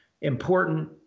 important